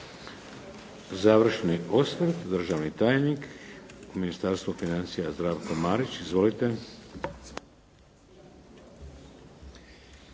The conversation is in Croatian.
Završni osvrt, državni tajnik u Ministarstvu financija Zdravko Marić. Izvolite.